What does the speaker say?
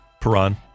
Peron